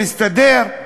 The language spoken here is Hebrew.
נסתדר.